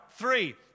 three